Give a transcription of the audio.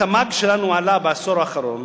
התמ"ג שלנו עלה בעשור האחרון